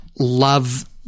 love